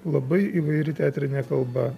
labai įvairi teatrinė kalba